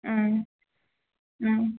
ம் ம்